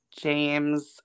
James